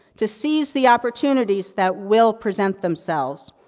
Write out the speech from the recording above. to seize the opportunities that will present themselves.